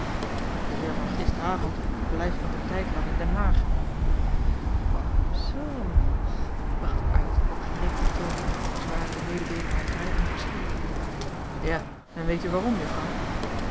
de heer van gisteravond blijft nog een tijdlang in den haag zoo bracht ik uit op gerekten toon als ware de mededeeling mij vrij onverschillig ja en weet u waarom juffrouw